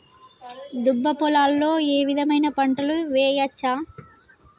దుబ్బ పొలాల్లో ఏ విధమైన పంటలు వేయచ్చా?